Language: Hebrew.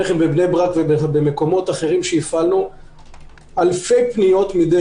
כן בבני ברק ובמקומות אחרים שהפעלנו אלפי פניות מדי